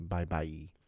Bye-bye